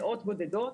מאות בודדות,